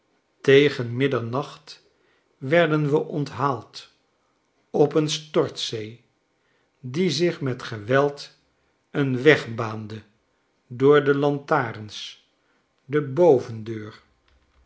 tegen middernacht werden we onthaald op een stortzee die zich met ge weld een weg baande door de lantarens de bovendeur